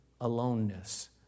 aloneness